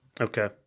Okay